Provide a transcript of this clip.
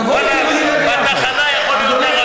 תבוא איתי, בתחנה יכול להיות ערבי.